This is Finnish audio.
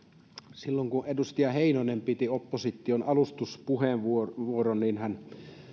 silloin kun edustaja heinonen piti opposition alustuspuheenvuoron hän